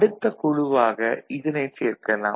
அடுத்த குழுவாக இதனைச் சேர்க்கலாம்